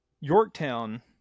Yorktown